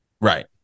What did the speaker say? Right